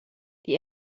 die